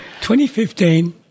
2015